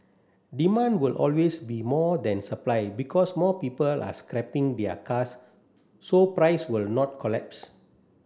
demand will always be more than supply because more people are scrapping their cars so price will not collapse